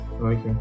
Okay